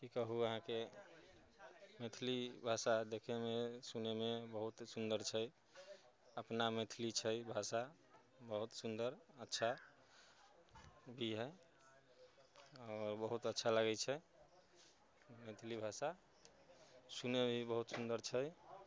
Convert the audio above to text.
की कहु अहाँके मैथिली भाषा देखैमे सुनैमे बहुत ही सुन्दर छै अपना मैथिली छै भाषा बहुत सुन्दर अच्छा भी है बहुत अच्छा लागै छै मैथिली भाषा सुनैमे भी बहुत सुन्दर छै